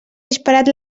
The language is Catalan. disparat